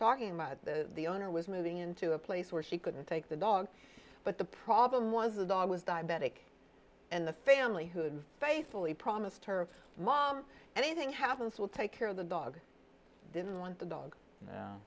talking about the owner was moving into a place where she couldn't take the dog but the problem was the dog was diabetic and the family who had faithfully promised her mom anything happens will take care of the dog didn't want the dog